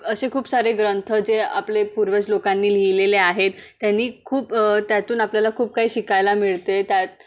असे खूप सारे ग्रंथ जे आपले पूर्वज लोकांनी लिहिलेले आहेत त्यांनी खूप त्यातून आपल्याला खूप काही शिकायला मिळते त्यात